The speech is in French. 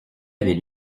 avait